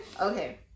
okay